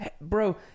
bro